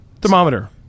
thermometer